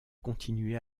continué